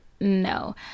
no